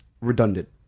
redundant